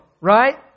Right